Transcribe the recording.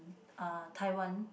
uh Tai-wan